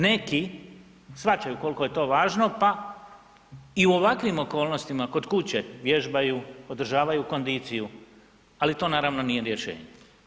Neki shvaćaju koliko je to važno pa i ovakvim okonostima kod kuće vježbaju, održavaju kondiciju, ali to naravno nije rješenje.